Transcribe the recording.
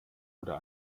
oder